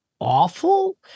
awful